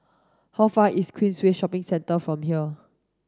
how far is Queensway Shopping Centre from here